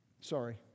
Sorry